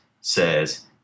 says